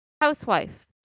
housewife